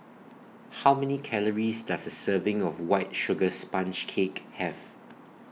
How Many Calories Does A Serving of White Sugar Sponge Cake Have